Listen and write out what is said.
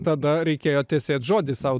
tada reikėjo tesėt žodį sau